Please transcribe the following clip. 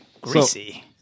greasy